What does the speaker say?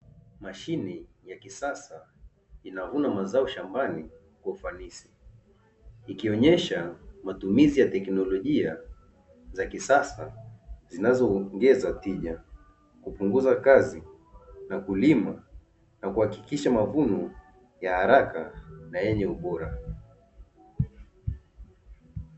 Mashine ya kisasa, inavuna mazao shambani kwa ufanisi, ikionesha matumizi ya tekinilojia za kisasa, zinazoongeza tija, kupunguza kazi na kulima, na kuhakikisha mavuno ya haraka na yenye ubora.